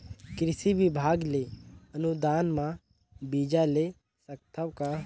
कृषि विभाग ले अनुदान म बीजा ले सकथव का?